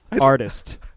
artist